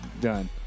Done